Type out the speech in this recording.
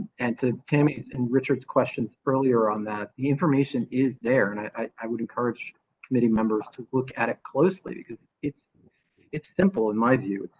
and to tammy and richard's questions earlier on that. the information is there. and i would encourage committee members to look at it closely, because it's it's simple. in my view,